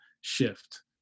shift